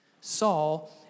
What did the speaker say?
Saul